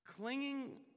clinging